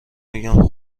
بگم